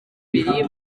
biri